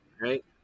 Right